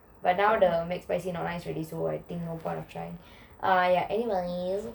but now the McSpicy not nice already so I think no point of trying anyways